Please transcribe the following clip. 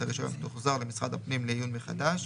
הרישיון תוחזר למשרד הפנים לעיון מחדש,